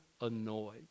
annoyed